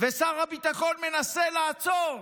ושר הביטחון מנסה לעצור